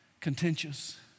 contentious